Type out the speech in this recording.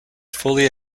fully